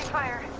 ira